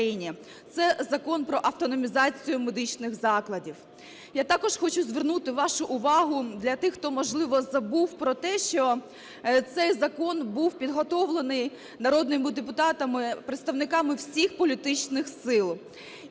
це Закон про автономізацію медичних закладів. Я також хочу звернути вашу увагу, для тих, хто, можливо, забув, про те, що цей закон був підготовлений народними депутатами – представниками всіх політичних сил.